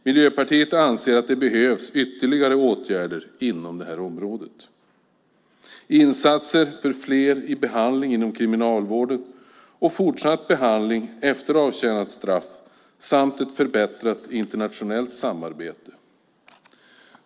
Miljöpartiet anser att det behövs ytterligare åtgärder inom detta område, till exempel insatser för fler i behandling inom kriminalvården och fortsatt behandling efter avtjänat straff samt ett förbättrat internationellt samarbete.